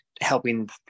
helping